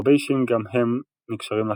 הרבה אישים גם הם נקשרים לסכסוך.